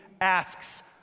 asks